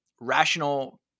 rational